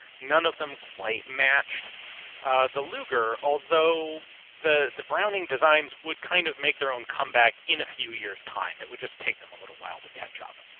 none of them quite matched the luger. although the the browning designs would kind of make their own comeback in a few years time. it would just take them a little while to catch up.